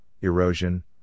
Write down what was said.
erosion